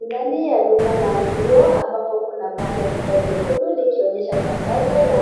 Ndani ya duka la nguo ambapo kuna bango kubwa jekundu likonyesha tangazo la